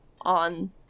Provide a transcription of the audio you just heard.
on